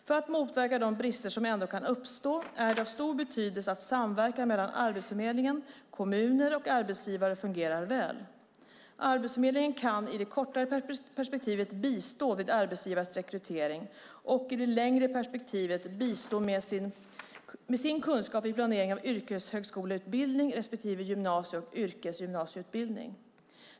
För att motverka de brister som ändå kan uppstå är det av stor betydelse att samverkan mellan Arbetsförmedlingen, kommuner och arbetsgivare fungerar väl. Arbetsförmedlingen kan i det kortare perspektivet bistå vid arbetsgivares rekrytering och i det längre perspektivet bistå med sin kunskap vid planering av yrkeshögskoleutbildning respektive gymnasie och yrkesgymnasieutbildning.